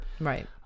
Right